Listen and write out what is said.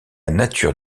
nature